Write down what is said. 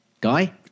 Guy